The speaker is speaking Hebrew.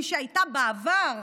מי שהייתה בעבר